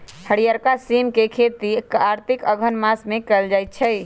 हरियरका सिम के खेती कार्तिक अगहन मास में कएल जाइ छइ